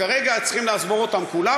כרגע צריכים לעבור אותן כולם,